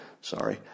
Sorry